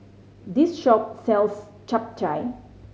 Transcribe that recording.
this shop sells Chap Chai